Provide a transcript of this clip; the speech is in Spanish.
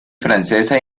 francesa